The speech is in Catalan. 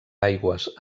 aigües